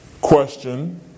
question